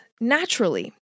naturally